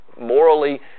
morally